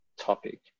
topic